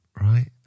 right